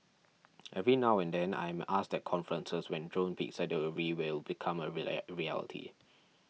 every now and then I am asked at conferences when drone pizza delivery will become a reality